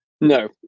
No